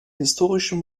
historischen